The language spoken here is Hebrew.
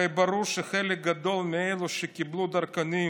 הרי ברור שחלק גדול מאלו שקיבלו דרכונים